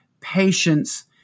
patience